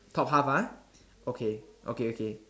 top half ah okay okay okay